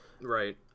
Right